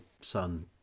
son